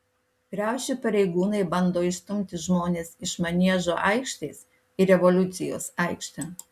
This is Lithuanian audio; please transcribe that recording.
riaušių pareigūnai bando išstumti žmones iš maniežo aikštės į revoliucijos aikštę